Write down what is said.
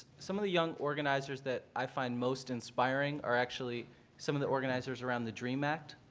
some of the young organizers that i find most inspiring are actually some of the organizers around the dream act.